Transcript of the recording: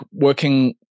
working